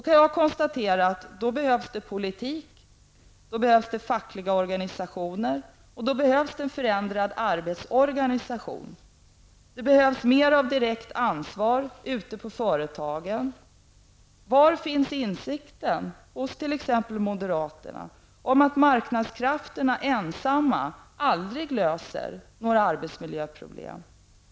Jag kan konstatera att det för detta behövs politik och fackliga organisationer samt en förändrad arbetsorganisation. Det behövs mer av direkt ansvar ute på företagen. Var finns insikten hos t.ex. moderaterna om att marknadskrafterna ensamma aldrig löser några arbetsmiljöproblem?